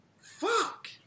Fuck